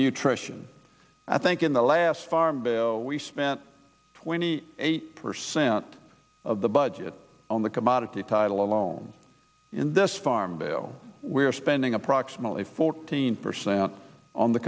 nutrition i think in the last farm bill we spent twenty eight percent of the budget on the commodity title alone in this farm bill we are spending approximately fourteen percent on the